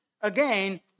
Again